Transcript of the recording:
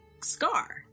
scar